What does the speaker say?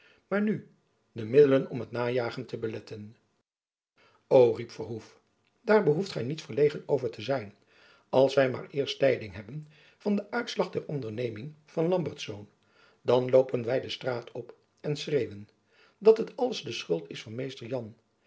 maar nu de middelen om het najagen te beletten o riep verhoef daar behoeft gy niet verlegen over te zijn als wy maar eerst tijding hebben van den uitslag der onderneming van lambertz dan loopen wy de straat op en schreeuwen dat het alles de schuld jacob van lennep elizabeth musch is van mr jan